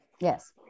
Yes